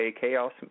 chaos